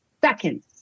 seconds